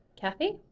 Kathy